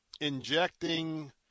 injecting